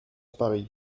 paris